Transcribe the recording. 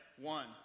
One